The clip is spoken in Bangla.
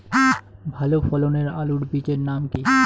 ভালো ফলনের আলুর বীজের নাম কি?